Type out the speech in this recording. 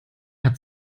hat